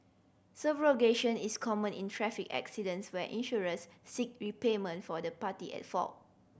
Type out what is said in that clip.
subrogation is common in traffic accidents where insurers seek repayment for the party at fault